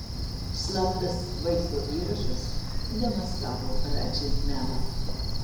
slaptas vaizdo įrašas demaskavo radži melą